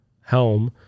helm